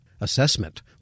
assessment